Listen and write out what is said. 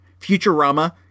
Futurama